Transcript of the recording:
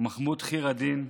מחמוד ח'יר א-דין,